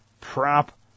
prop